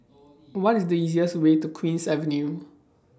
What IS The easiest Way to Queen's Avenue